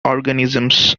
organisms